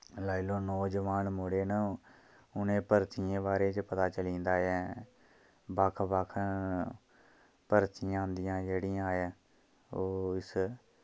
लाई लैओ नौजवान मुड़े न उ'नें भर्थियें दे बारे च पता चली जंदा ऐ बक्ख बक्ख भर्थियां आंदियां जेह्ड़ियां ओह् इस